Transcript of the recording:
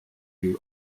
you